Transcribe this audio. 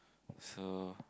so